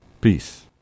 Peace